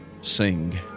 sing